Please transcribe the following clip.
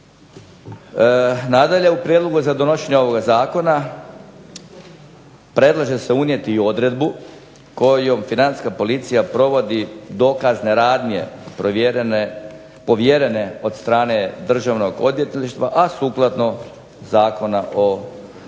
Nadalje, u prijedlogu za donošenje ovoga zakona predlaže se unijeti i odredbu kojom Financijska policija provodi dokazne radnje povjerene od strane Državnog odvjetništva, a sukladno Zakona o kaznenom